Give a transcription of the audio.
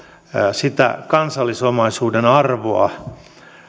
sitä kansallisomaisuuden arvoa